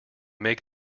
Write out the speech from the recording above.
make